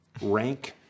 rank